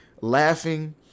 laughing